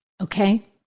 Okay